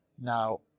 Now